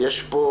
יש פה